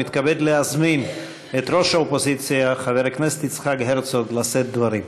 ומתכבד להזמין את ראש האופוזיציה חבר הכנסת יצחק הרצוג לשאת דברים.